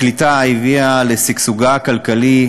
הקליטה הביאה לשגשוגה הכלכלי,